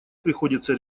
приходится